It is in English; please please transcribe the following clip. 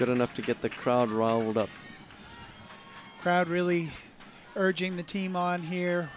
good enough to get the crowd riled up crowd really urging the team on here